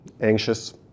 anxious